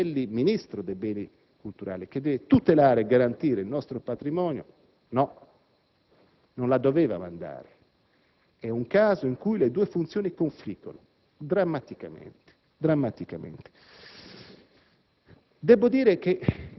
il Rutelli ministro per i beni culturali, che deve tutelare e garantire il nostro patrimonio, no, non la doveva mandare. Quindi, è un caso in cui le due funzioni confliggono, drammaticamente. Debbo dire